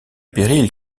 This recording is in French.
périls